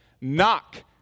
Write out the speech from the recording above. knock